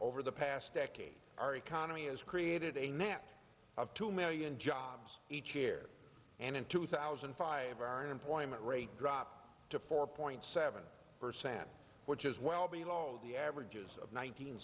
over the past decade our economy has created a net of two million jobs each year and in two thousand and five our employment rate dropped to four point seven percent which is well below the average is